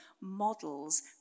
models